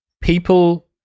people